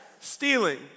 Stealing